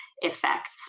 effects